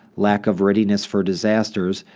lack of readiness for disasters,